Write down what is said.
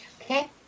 Okay